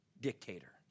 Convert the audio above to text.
dictator